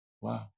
Wow